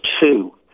two